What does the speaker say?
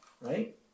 right